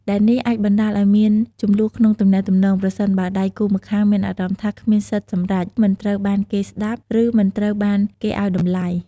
ដែលនេះអាចបណ្ដាលឱ្យមានជម្លោះក្នុងទំនាក់ទំនង ប្រសិនបើដៃគូម្ខាងមានអារម្មណ៍ថាគ្មានសិទ្ធិសម្រេច មិនត្រូវបានគេស្ដាប់ ឬមិនត្រូវបានគេឱ្យតម្លៃ។